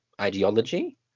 ideology